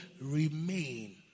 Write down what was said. remain